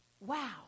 Wow